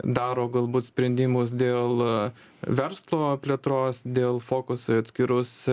daro galbūt sprendimus dėl verslo plėtros dėl fokuso į atskirus